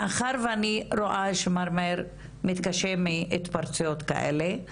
מאחר ואני רואה שמר מאיר מתקשה מהתפרצויות כאלה.